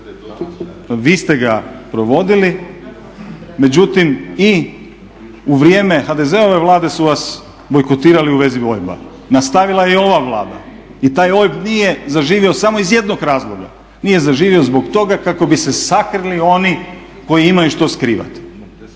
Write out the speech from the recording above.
Vi ste ga provodili. Međutim i u vrijeme HDZ-ove Vlade su vas bojkotirali u vezi OIB-a. Nastavila je i ova Vlada. I taj OIB nije zaživio samo iz jednog razloga, nije zaživio zbog toga kako bi se sakrili oni koji imaju što skrivati.